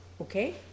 Okay